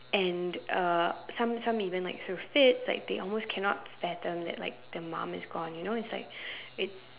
and uh some some even like throw fits like they almost cannot fathom that like their mum is gone you know it's like it's